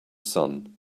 sun